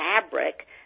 fabric